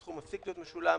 הסכום יפסיק להיות משולם.